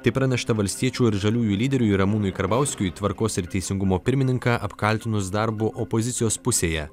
tai pranešta valstiečių ir žaliųjų lyderiui ramūnui karbauskiui tvarkos ir teisingumo pirmininką apkaltinus darbu opozicijos pusėje